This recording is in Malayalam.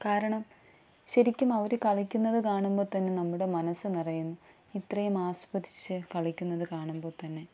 കാരണം ശരിക്കും അവർ കളിക്കുന്നത് കാണുമ്പോൾ തന്നെ നമ്മുടെ മനസ്സ് നിറയുന്നു ഇത്രയും ആസ്വദിച്ച് കളിക്കുന്നത് കാണുമ്പോൾ തന്നെ